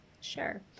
Sure